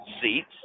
seats